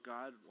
God